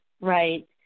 right